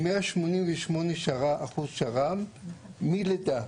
עם 188 אחוזים שר"מ, מלידה.